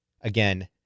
again